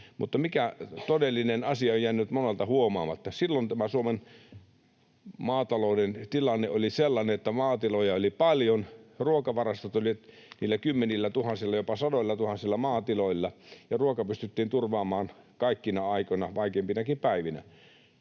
mutta se todellinen asia on jäänyt monelta huomaamatta: silloin Suomen maatalouden tilanne oli sellainen, että maatiloja oli paljon, ruokavarastot olivat kymmenillätuhansilla, jopa sadoillatuhansilla maatiloilla ja ruoka pystyttiin turvaamaan kaikkina aikoina, vaikeimpinakin päivinä.